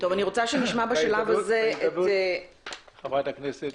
אני רוצה בשלב הזה לצרף אלינו את נציגי האגודה לזכויות